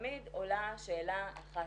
ותמיד עולה שאלה אחת: